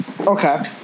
Okay